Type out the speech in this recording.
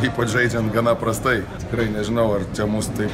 ypač žaidžiant gana prastai tikrai nežinau ar čia mus tai